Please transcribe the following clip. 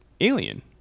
Alien